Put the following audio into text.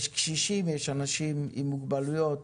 יש קשישים, יש אנשים עם מוגבלויות,